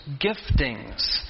Giftings